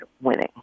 winning